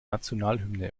nationalhymne